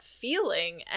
feeling